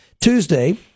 Tuesday